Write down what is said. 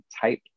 type